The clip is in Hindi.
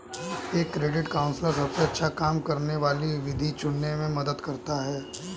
एक क्रेडिट काउंसलर सबसे अच्छा काम करने वाली विधि चुनने में मदद करता है